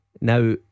Now